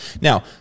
Now